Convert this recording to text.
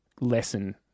lesson